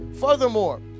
Furthermore